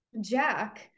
Jack